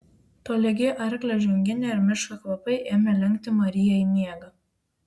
tolygi arklio žinginė ir miško kvapai ėmė lenkti mariją į miegą